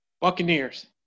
Buccaneers